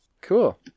cool